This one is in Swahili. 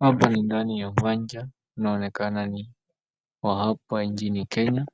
Hapa ni ndani ya uwanja. Kunaonekana ni wa hapa nchini Kenya